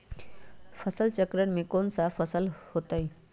फसल चक्रण में कौन कौन फसल हो ताई?